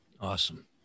Awesome